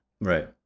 Right